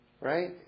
Right